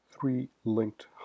three-linked